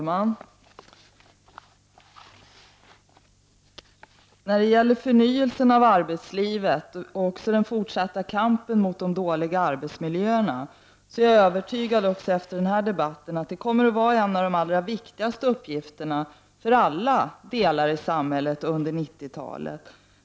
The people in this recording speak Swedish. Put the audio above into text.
Herr talman! Förnyelsen av arbetslivet och den fortsatta kampen mot de dåliga arbetsmiljöerna kommer under 90-talet att vara en av de allra viktigaste uppgifterna på alla områden i samhället. Jag är övertygad om det också efter den här debatten.